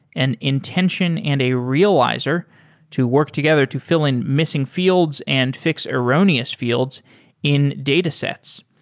an intention and a realizer to work together to fill in missing fields and fix erroneous fields in datasets.